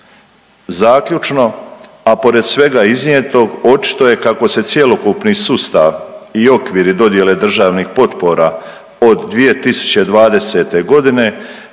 Zaključno a pored svega iznijetog očito je kako se cjelokupni sustav i okviri dodjele državnih potpora od 2020. godine,